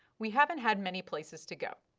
we haven't had many places to go.